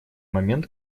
момент